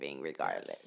regardless